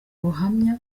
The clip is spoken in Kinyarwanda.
buhamya